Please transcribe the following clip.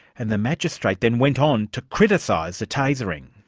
and the magistrate then went on to criticise the tasering.